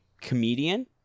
comedian